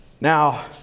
Now